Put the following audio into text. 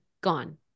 gone